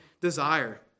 desire